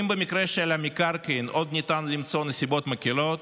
אם במקרה של המקרקעין עוד ניתן למצוא נסיבות מקילות,